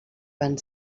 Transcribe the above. van